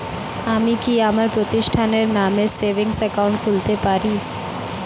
আমি কি আমার প্রতিষ্ঠানের নামে সেভিংস একাউন্ট খুলতে পারি?